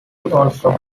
also